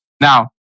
Now